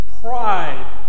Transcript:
Pride